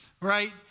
right